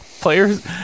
players